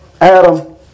Adam